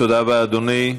תודה רבה, אדוני.